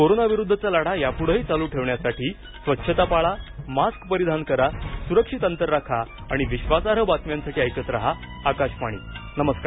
कोरोनाविरुद्धचा लढा यापुढेही चालू ठेवण्यासाठी स्वच्छता पाळा मास्क परिधान करा सुरक्षित अंतर राखा आणि विश्वासार्ह बातम्यांसाठी ऐकत राहा आकाशवाणी नमस्कार